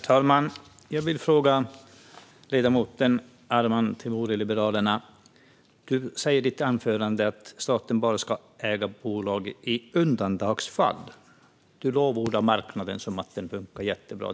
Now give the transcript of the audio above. Herr talman! Jag har frågor till ledamoten Arman Teimouri från Liberalerna. Han säger i sitt anförande att staten bara ska äga bolag i undantagsfall. Han lovordar den allenarådande marknaden och tycker att den funkar jättebra.